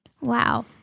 Wow